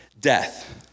death